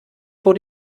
vor